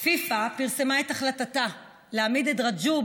פיפ"א פרסמה את החלטתה להעמיד את רג'וב